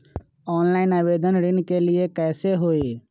Online आवेदन ऋन के लिए कैसे हुई?